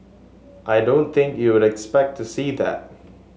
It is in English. I don't think you'd expect to see that